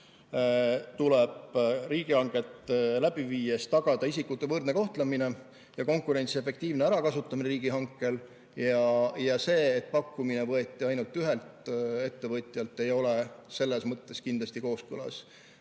tuleb riigihanget läbi viies tagada isikute võrdne kohtlemine ja konkurentsi efektiivne ärakasutamine riigihankel. See, et pakkumine võeti ainult ühelt ettevõtjalt, ei ole selles mõttes kindlasti kooskõlas